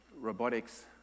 robotics